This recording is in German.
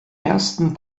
ersten